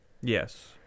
Yes